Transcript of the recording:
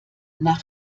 nach